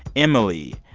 emily,